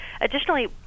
Additionally